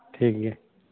ᱴᱷᱤᱠᱜᱮᱭᱟ